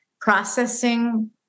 processing